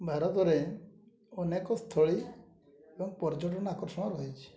ଭାରତରେ ଅନେକ ସ୍ଥଳୀ ଏବଂ ପର୍ଯ୍ୟଟନ ଆକର୍ଷଣ ରହିଛି